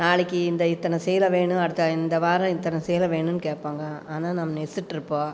நாளைக்கு இந்த இத்தனை சீலை வேணும் அடுத்த இந்த வாரம் இத்தனை சீலை வேணும்னு கேட்பாங்க ஆனால் நம்ம நெசிச்ட்ருப்போம்